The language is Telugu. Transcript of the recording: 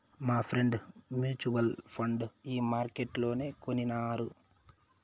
మాఫ్రెండ్ మూచువల్ ఫండు ఈ మార్కెట్లనే కొనినారు